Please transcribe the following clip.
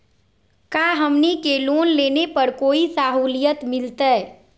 का हमनी के लोन लेने पर कोई साहुलियत मिलतइ?